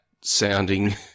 sounding